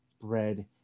bread